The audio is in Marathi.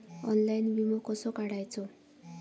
ऑनलाइन विमो कसो काढायचो?